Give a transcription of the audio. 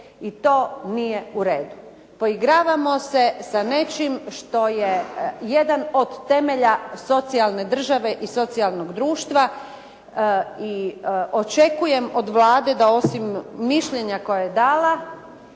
i to nije u redu. Poigravamo se sa nečim što je jedan od temelja socijalne države i socijalnog društva i očekujem od Vlade da osim mišljenja koje je dala,